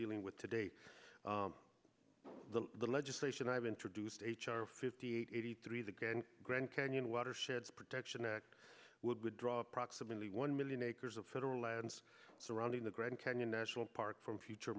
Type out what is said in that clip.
dealing with today the legislation i've introduced h r fifty eight eighty three the grand grand canyon watersheds protection act would withdraw approximately one million acres of federal lands surrounding the grand canyon national park from future